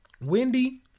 Wendy